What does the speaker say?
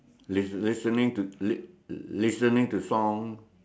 list list listening to listening to songs